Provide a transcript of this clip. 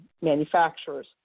Manufacturers